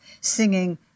singing